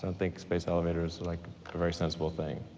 and think space elevators are like a very sensible thing.